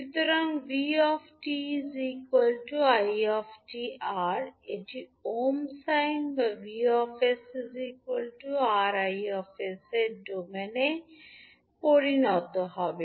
সুতরাং 𝑣 𝑡 𝑖 𝑡 𝑅 এটি ওহমস আইন বা V𝑠 𝑅𝐼 𝑠 এর ডোমেনে পরিণত হবে